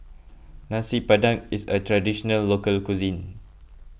Nasi Padang is a Traditional Local Cuisine